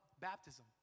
baptism